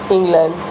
England